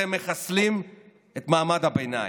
אתם מחסלים את מעמד הביניים.